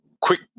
quick